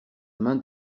main